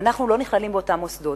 אנחנו לא נכללים באותם מוסדות.